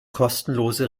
kostenlose